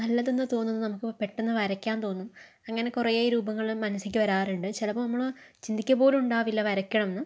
നല്ലതെന്ന് തോന്നുന്നത് നമുക്ക് പെട്ടെന്ന് വരക്കാൻ തോന്നും അങ്ങനെ കുറേ രൂപങ്ങളും മനസ്സിക്ക് വരാറുണ്ട് ചിലപ്പോൾ നമ്മൾ ചിന്തിക്കുക പോലും ഉണ്ടാകില്ല അത് വരയ്ക്കണം എന്ന്